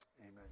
Amen